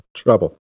Trouble